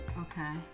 Okay